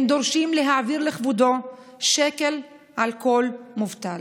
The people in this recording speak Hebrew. הם דורשים להעביר לכבודו שקל על כל מובטל.